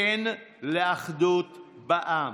כן לאחדות בעם.